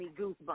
goosebumps